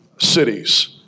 cities